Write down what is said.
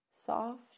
soft